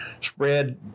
spread